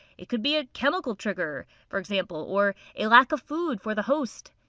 it could be a chemical trigger for example or a lack of food for the host.